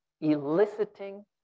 eliciting